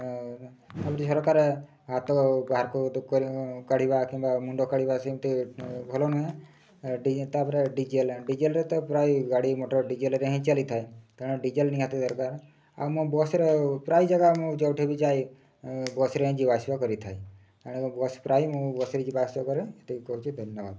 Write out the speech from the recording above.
ଝରକାର ହାତ ବାହାରକୁ ତୁ କାଢ଼ିବା କିମ୍ବା ମୁଣ୍ଡ କାଢ଼ିବା ସେମିତି ଭଲ ନୁହେଁ ତାପରେ ଡିଜେଲ ଡିଜେଲରେ ତ ପ୍ରାୟ ଗାଡ଼ି ମଟର ଡିଜେଲରେ ହିଁ ଚାଲିଥାଏ କାରଣ ଡିଜେଲ ନିହାତି ଦରକାର ଆଉ ମୁଁ ବସ୍ରେ ପ୍ରାୟ ଜାଗା ମୁଁ ଯେଉଁଠି ବି ଯାଇ ବସ୍ରେ ହିଁ ଯିବା ଆସିବା କରିଥାଏ ତେଣୁ ବସ୍ ପ୍ରାୟ ମୁଁ ବସ୍ରେ ଯିବା ଆସିବା କରେ ଏତିକି କହୁଛି ଧନ୍ୟବାଦ